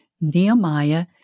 Nehemiah